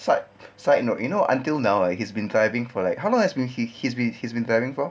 sad sad you know you know until now he's been driving for like how long has been he he's been he's been driving for